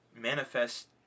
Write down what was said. manifest